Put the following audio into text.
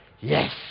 Yes